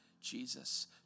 Jesus